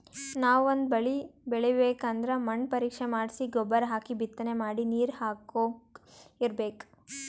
ನಾವ್ ಒಂದ್ ಬಳಿ ಬೆಳಿಬೇಕ್ ಅಂದ್ರ ಮಣ್ಣ್ ಪರೀಕ್ಷೆ ಮಾಡ್ಸಿ ಗೊಬ್ಬರ್ ಹಾಕಿ ಬಿತ್ತನೆ ಮಾಡಿ ನೀರ್ ಹಾಕೋತ್ ಇರ್ಬೆಕ್